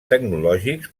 tecnològics